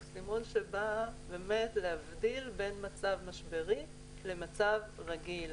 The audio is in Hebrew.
הוא סימון שבא להבדיל בין מצב משברי למצב רגיל.